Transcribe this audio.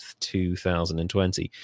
2020